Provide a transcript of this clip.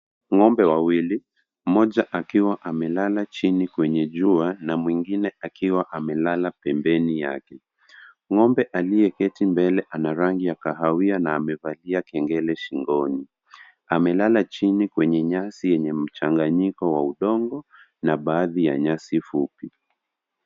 Ng'ombe wawili, mmoja akiwa amelala chini kwenye jua na mwingine akiwa amelala pembeni yake. Ng'ombe aliyeketi mbele ana rangi ya kahawia na amevalia kengele shingoni. Amelala chini kwenye nyasi yenye mchanganyiko wa udongo na baadhi ya nyasi fupi.